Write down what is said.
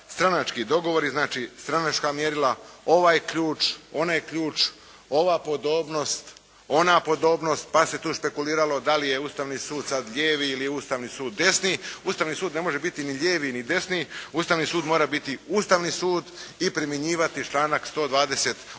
stranački dogovori, znači stranačka mjerila, ovaj ključ, onaj ključ, ova podobnost, ona podobnost pa se tu špekuliralo da li je Ustavni sud sada lijevi ili je Ustavni sud desni. Ustavni sud ne može biti ni lijevi ni desni, Ustavni sud mora biti Ustavni sud i primjenjivati članak 128.